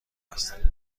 است